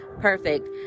Perfect